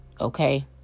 Okay